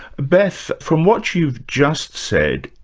beth, from what you've just said,